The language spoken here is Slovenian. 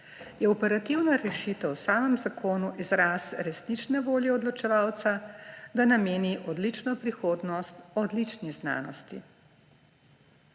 je operativna rešitev v samem zakonu izraz resnične volje odločevalca, da nameni odlično prihodnost odlični znanosti.